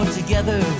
together